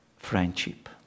Friendship